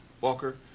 Walker